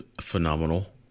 phenomenal